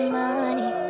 money